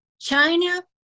China